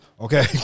Okay